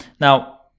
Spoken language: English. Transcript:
now